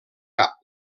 cap